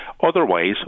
Otherwise